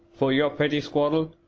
for your petty quarrel,